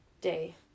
day